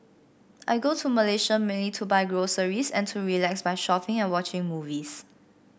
I go to Malaysia mainly to buy groceries and to relax by shopping and watching movies